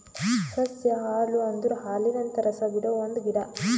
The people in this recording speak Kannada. ಸಸ್ಯ ಹಾಲು ಅಂದುರ್ ಹಾಲಿನಂತ ರಸ ಬಿಡೊ ಒಂದ್ ಗಿಡ